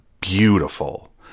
Beautiful